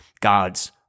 God's